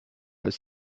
ist